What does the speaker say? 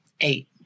Eight